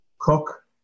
cook